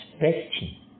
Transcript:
expecting